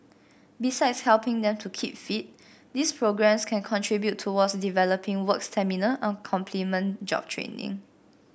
besides helping them to keep fit these programmes can contribute towards developing work stamina and complement job training